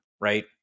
right